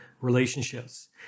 relationships